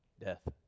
death